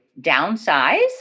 downsize